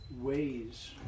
ways